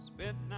Spent